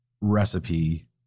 recipe